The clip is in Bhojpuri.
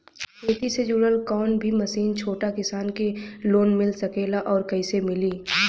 खेती से जुड़ल कौन भी मशीन छोटा किसान के लोन मिल सकेला और कइसे मिली?